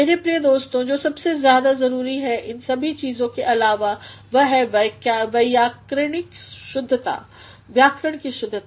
मेरे प्रिय दोस्तों जो सबसे ज्यादा जरुरी है इन सब चीज़ों के अलावा वह है व्याकरणिकशुद्धता